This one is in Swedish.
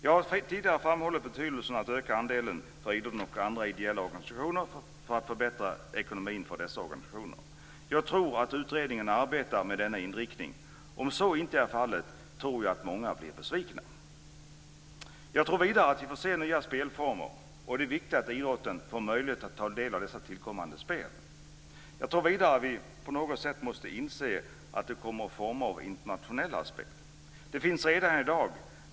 Jag har tidigare framhållit betydelsen av att man ökar andelen för idrotten och andra ideella organisationer för att förbättra ekonomin för dessa organisationer. Jag tror att utredningen arbetar med denna inriktning. Om så inte är fallet tror jag att många blir besvikna. Jag tror vidare att vi får se nya spelformer. Det är viktigt att idrotten får del av dessa tillkommande spel. Jag tror också att vi på något sätt måste inse att det kommer internationella spel. Det finns redan i dag.